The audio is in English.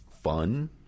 fun